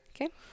Okay